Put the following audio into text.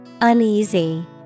Uneasy